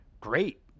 great